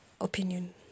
opinion